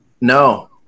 No